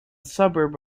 suburb